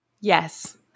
Yes